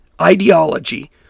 ideology